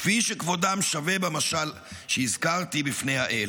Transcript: כפי שכבודם שווה בפני האל